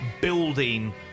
building